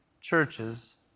Churches